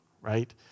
right